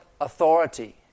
authority